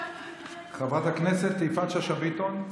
חברת הכנסת יפעת שאשא ביטון.